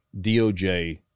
DOJ